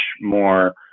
more